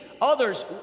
Others